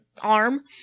arm